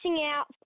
out